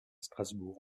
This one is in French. strasbourg